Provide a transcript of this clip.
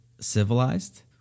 civilized